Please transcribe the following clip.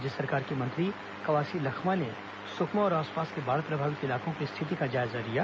राज्य सरकार के मंत्री कवासी लखमा ने सुकमा और आसपास के बाढ़ प्रभावित इलाकों की स्थिति का जायजा लिया